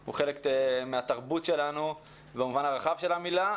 הוא חלק מהתרבות שלנו במובן הרחב של המילה.